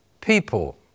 people